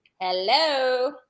Hello